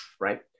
right